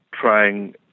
trying